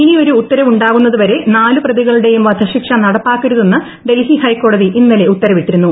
ഇനിയൊരു ഉത്തരവുണ്ടാകുന്നതുവരെ നാലുപ്രതികളുടേയും വധശിക്ഷ നടപ്പാക്കരുതെന്ന് ഡൽഹി ഹൈക്കോടതി ഇന്നലെ ഉത്തരവിട്ടിരുന്നു